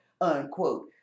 unquote